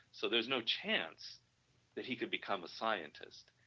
so there is no chance that he could become a scientist,